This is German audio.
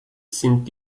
sind